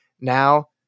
Now